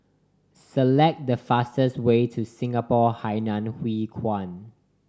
select the fastest way to Singapore Hainan Hwee Kuan